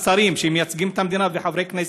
שרים שמייצגים את המדינה וחברי כנסת,